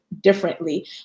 differently